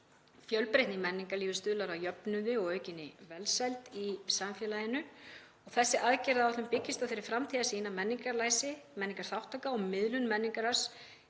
Fjölbreytni í menningarlífi stuðlar að jöfnuði og aukinni velsæld í samfélaginu. Þessi aðgerðaáætlun byggist á þeirri framtíðarsýn að menningarlæsi, menningarþátttaka og miðlun menningararfs